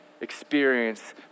experience